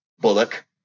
Bullock